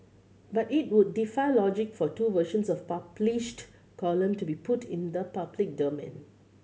but it would defy logic for two versions of a published column to be put in the public domain